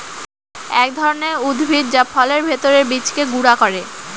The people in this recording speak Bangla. এক ধরনের উদ্ভিদ যা ফলের ভেতর বীজকে গুঁড়া করে